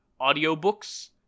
audiobooks